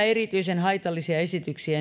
erityisen haitallisia esityksiä